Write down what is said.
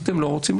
אתם לא רוצים?